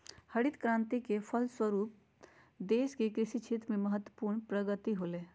हरित क्रान्ति के फलस्वरूप देश के कृषि क्षेत्र में महत्वपूर्ण प्रगति होलय